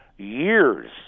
Years